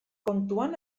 kontuan